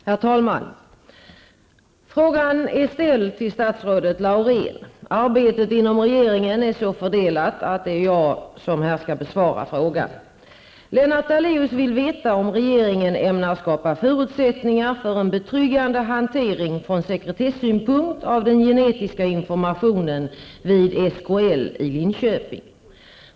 Herr talman! Frågan är ställd till statsrådet Laurén. Arbetet inom regeringen är så fördelat att det är jag som skall besvara frågan. Lennart Daléus vill veta om regeringen ämnar skapa förutsättningar för en betryggande hantering från sekretessynpunkt av den genetiska informationen vid SKL i Linköping.